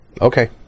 Okay